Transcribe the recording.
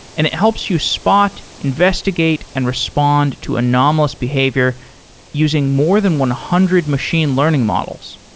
and it helps you spot, investigate and respond to anomalous behavior using more than one hundred machine learning models.